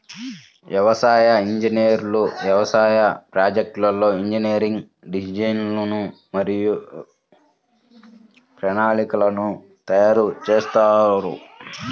వ్యవసాయ ఇంజనీర్లు వ్యవసాయ ప్రాజెక్ట్లో ఇంజనీరింగ్ డిజైన్లు మరియు ప్రణాళికలను తయారు చేస్తారు